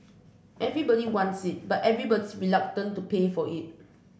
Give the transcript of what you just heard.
everybody wants it but everybody's reluctant to pay for it